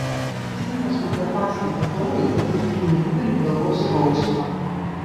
sienos montepaschi vadovai dabar turi nedidelį galvos skausmą